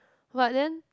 but then